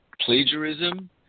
plagiarism